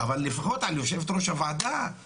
אבל לפחות על יושבת ראש הוועדה,